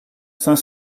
cinq